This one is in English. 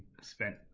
spent